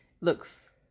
looks